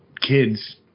kids